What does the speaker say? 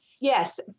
Yes